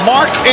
Mark